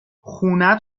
خونه